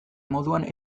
moduan